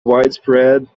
widespread